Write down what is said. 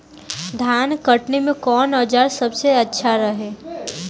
धान कटनी मे कौन औज़ार सबसे अच्छा रही?